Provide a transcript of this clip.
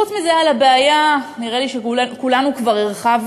חוץ מזה, על הבעיה, נראה לי שכולנו כבר הרחבנו.